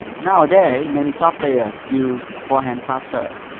nowadays, many top players use forehand fast serve.